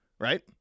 right